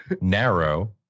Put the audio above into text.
Narrow